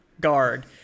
guard